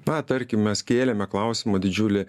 na tarkim mes kėlėme klausimą didžiulį